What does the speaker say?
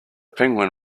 penguin